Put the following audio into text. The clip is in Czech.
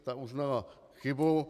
Ta uznala chybu.